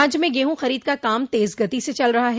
राज्य में गेहूँ खरीद का काम तेज गति से चल रहा है